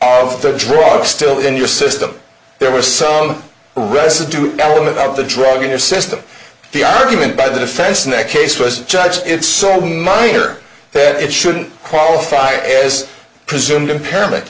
of the drop still in your system there were some residue element of the drug in your system the argument by the defense nec case was judged it's so minor that it shouldn't qualify as presumed impairment